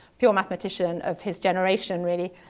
pure mathematician of his generation really,